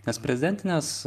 nes prezidentinės